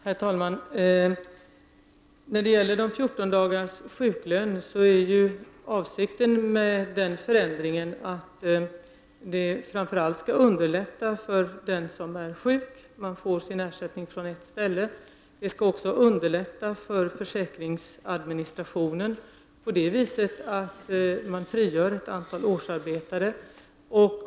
Herr talman! När det gäller de första 14 dagarnas sjuklön är avsikten med förändringen att framför allt underlätta för den som är sjuk att få sin ersättning från ett enda ställe. Man skall också underlätta för försäkringsadministrationen på det viset att man frigör ett antal årsarbetare.